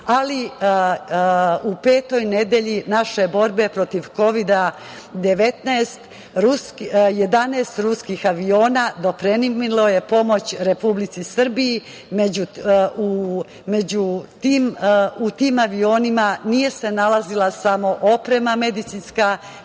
ali u petoj nedelji naše borbe protiv Kovida 19, 11 ruskih aviona dopremilo je pomoć Republici Srbiji. U tim avionima nije se nalazila samo medicinska